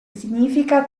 significa